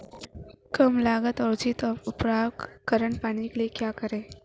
कम लागत पर उचित और टिकाऊ उपकरण पाने के लिए क्या करें?